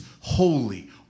holy